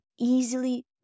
easily